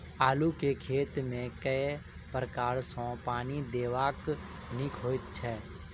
आलु केँ खेत मे केँ प्रकार सँ पानि देबाक नीक होइ छै?